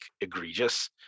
egregious